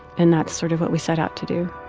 and that's sort of what we set out to do